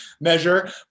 measure